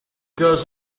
does